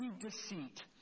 deceit